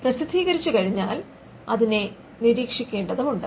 പ്രസിദ്ധീകരിച്ച് കഴിഞ്ഞാൽ അതിനെ നിരീക്ഷിക്കേണ്ടതുണ്ട്